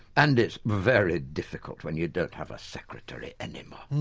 and it's very difficult when you don't have a secretary anymore.